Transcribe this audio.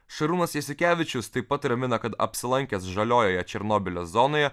šarūnas jasiukevičius taip pat ramina kad apsilankęs žaliojoje černobylio zonoje